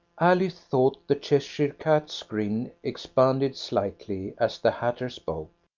alice thought the cheshire cat's grin expanded slightly as the hatter spoke,